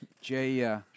Jay